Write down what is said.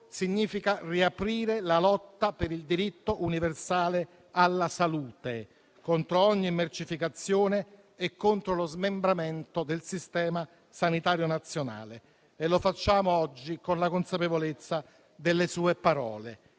significa riaprire la lotta per il diritto universale alla salute, contro ogni mercificazione e contro lo smembramento del Sistema sanitario nazionale. Lo facciamo oggi, con la consapevolezza delle sue parole: